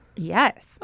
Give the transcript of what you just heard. Yes